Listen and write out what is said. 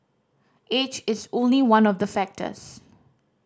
age is only one of the factors